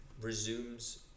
resumes